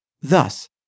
Thus